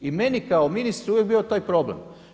I meni je kao ministru uvijek bio taj problem.